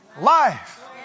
life